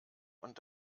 und